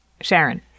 Sharon